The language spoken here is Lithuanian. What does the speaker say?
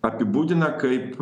apibūdina kaip